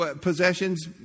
possessions